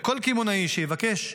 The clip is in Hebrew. וכל קמעונאי שיבקש ארכה,